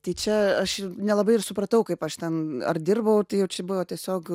tai čia aš nelabai ir supratau kaip aš ten ar dirbau tai jau čia buvo tiesiog